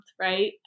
right